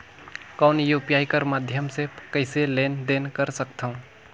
कौन यू.पी.आई कर माध्यम से कइसे लेन देन कर सकथव?